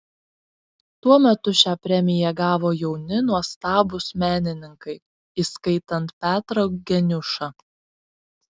tuo metu šią premiją gavo jauni nuostabūs menininkai įskaitant petrą geniušą